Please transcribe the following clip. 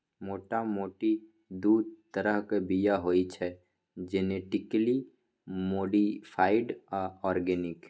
मोटा मोटी दु तरहक बीया होइ छै जेनेटिकली मोडीफाइड आ आर्गेनिक